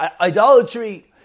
idolatry